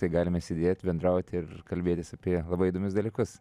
tai galime sėdėt bendrauti ir kalbėtis apie labai įdomius dalykus